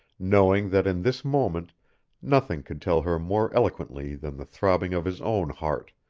knowing that in this moment nothing could tell her more eloquently than the throbbing of his own heart,